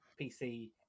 PC